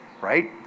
right